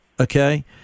okay